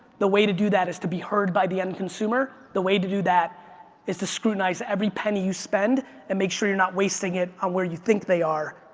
the way to do that is to be heard by the end consumer. the way to do that is to scrutinize every penny you spend and make sure you're not wasting it on where you think they are.